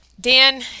Dan